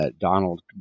Donald